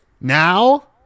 now